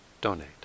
donate